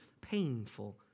painful